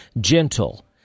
gentle